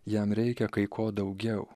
jam reikia kai ko daugiau